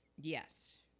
Yes